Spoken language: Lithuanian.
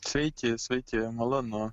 sveiki sveiki malonu